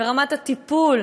ברמת הטיפול,